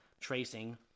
tracing